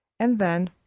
and then,